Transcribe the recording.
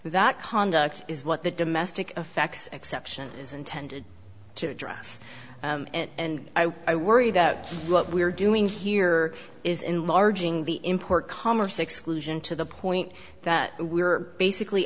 that conduct is what the domestic effects exception is intended to address and i worry that what we are doing here is enlarging the import commerce exclusion to the point that we are basically